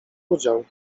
udział